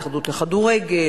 ההתאחדות לכדורגל,